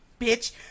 bitch